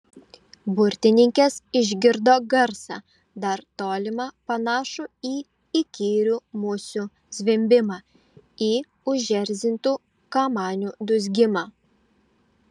burtininkės išgirdo garsą dar tolimą panašų į įkyrių musių zvimbimą į užerzintų kamanių dūzgimą